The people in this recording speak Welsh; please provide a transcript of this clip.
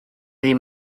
ddim